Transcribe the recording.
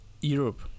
Europe